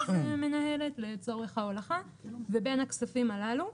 מנהלת לצורך ההולכה ובין הכספים הללו.